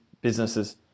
businesses